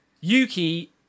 Yuki